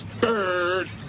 Bird